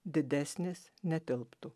didesnis netilptų